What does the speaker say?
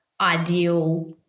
ideal